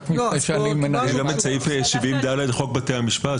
רק מפני שאני מנהל --- יש סעיף 70ד לחוק בתי המשפט,